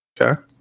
okay